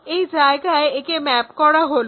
এই জায়গায় একে ম্যাপ করা হলো